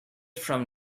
from